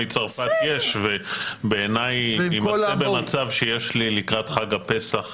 מצרפת יש, ולקראת חג הפסח